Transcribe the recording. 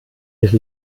nicht